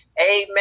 amen